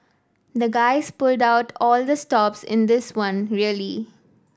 the guys pulled out all the stops in this one really